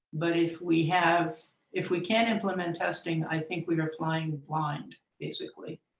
but if we have if we can't implement testing, i think we are flying blind, basically,